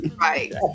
Right